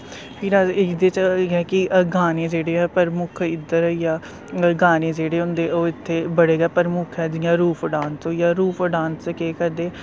फिर इह्दे त एह् ऐ कि गाने जेह्ड़े ऐ प्रमुख इध्दर होइया गाने जेह्ड़े होंदे ओह् इत्थें बड़े गै प्रमुख ऐ जियां रोऊफ डांस होईया रोऊफ डांस च केह् करदे